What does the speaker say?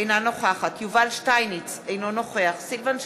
אינה נוכחת יובל שטייניץ, אינו נוכח סילבן שלום,